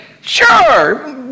Sure